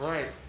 Right